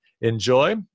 enjoy